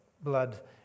blood